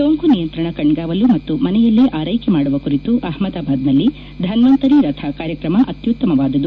ಸೋಂಕು ನಿಯಂತ್ರಣ ಕಣ್ಗಾವಲು ಮತ್ತು ಮನೆಯಲ್ಲೇ ಆರೈಕೆ ಮಾಡುವ ಕುರಿತು ಅಹಮದಾಬಾದ್ನಲ್ಲಿ ಧನ್ವಂತರಿ ರಥ ಕಾರ್ಯಕ್ರಮ ಅತ್ಯುತ್ತಮವಾದದು